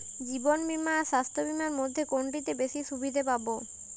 জীবন বীমা আর স্বাস্থ্য বীমার মধ্যে কোনটিতে বেশী সুবিধে পাব?